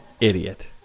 Idiot